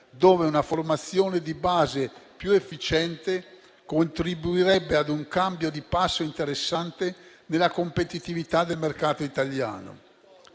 una formazione di base più efficiente contribuirebbe a un cambio di passo interessante nella competitività del mercato italiano.